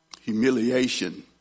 Humiliation